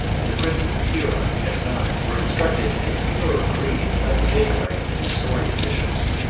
and the princes of hira and gassan, were instructed in a purer creed by the jacobite and nestorian bishops.